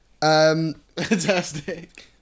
Fantastic